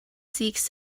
seeks